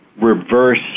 reverse